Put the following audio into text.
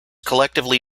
collectively